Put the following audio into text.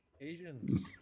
Asians